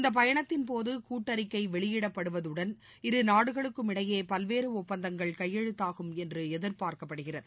இந்த பயணத்தின்போது கூட்டறிக்கை வெளியிடப்படுவதுடன் இருநாடுகளுக்கும் இடையே பல்வேறு ஒப்பந்தங்கள் கையெழுத்தாகும் என்று எதிர்பார்க்கப்படுகிறது